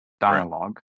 dialogue